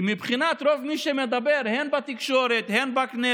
כי מבחינת רוב מי שמדבר, הן בתקשורת, הן בכנסת,